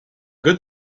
good